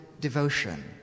devotion